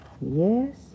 Yes